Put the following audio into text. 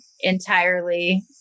entirely